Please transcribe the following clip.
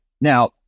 Now